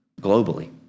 globally